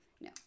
no